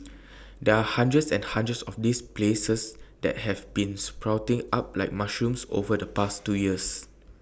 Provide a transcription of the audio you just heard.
there are hundreds and hundreds of these places that have been sprouting up like mushrooms over the past two years